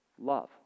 love